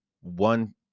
one